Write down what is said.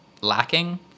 lacking